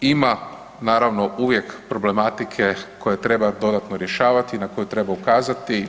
Ima naravno uvijek problematike koju treba dodatno rješavati i na koju treba ukazati.